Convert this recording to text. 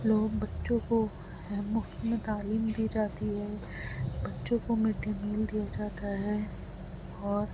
لوگ بچوں کو مفت میں تعلیم دی جاتی ہے بچوں کو مڈ ڈے میل دیا جاتا ہے اور